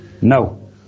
No